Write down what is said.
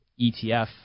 ETF